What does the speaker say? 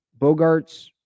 Bogarts